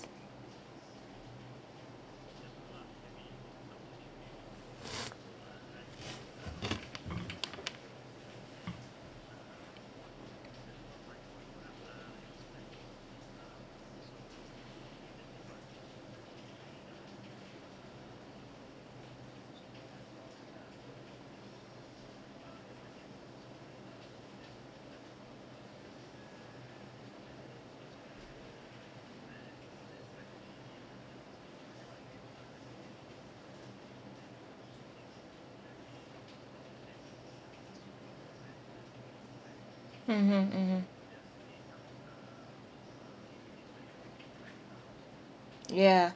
mmhmm mmhmm yeah